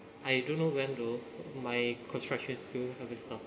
I don't know when though my construction still haven't start